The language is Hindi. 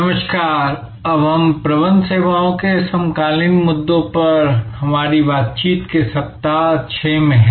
नमस्कार अब हम प्रबंध सेवाओं के समकालीन मुद्दों पर हमारी बातचीत के सप्ताह 6 में हैं